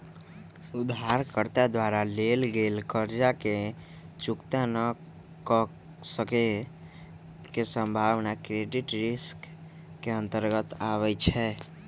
उधारकर्ता द्वारा लेल गेल कर्जा के चुक्ता न क सक्के के संभावना क्रेडिट रिस्क के अंतर्गत आबइ छै